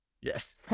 yes